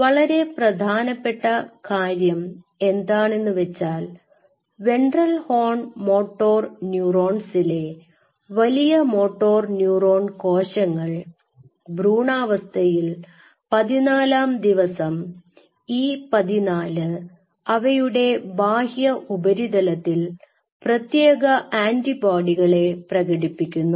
വളരെ പ്രധാനപ്പെട്ട കാര്യം എന്താണെന്നുവെച്ചാൽ വെൻട്രൽ ഹോൺ മോട്ടോർന്യൂറോൺസിലെ വലിയ മോട്ടോർ ന്യൂറോൺ കോശങ്ങൾ ഭ്രൂണാവസ്ഥയിൽ പതിനാലാം ദിവസം അവയുടെ ബാഹ്യഉപരിതലത്തിൽ പ്രത്യേക ആൻറിബോഡികളെ പ്രകടിപ്പിക്കുന്നു